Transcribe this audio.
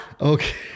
Okay